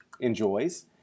enjoys